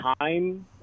time